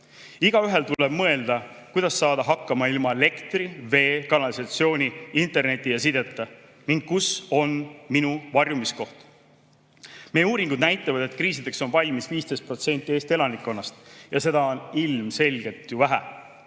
Igaühel tuleb mõelda, kuidas saada hakkama ilma elektri, vee, kanalisatsiooni, interneti ja sideta ning kus on minu varjumiskoht. Meie uuringud näitavad, et kriisideks on valmis 15% Eesti elanikkonnast, ja seda on ilmselgelt vähe.